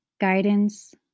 guidance